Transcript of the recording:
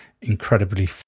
incredibly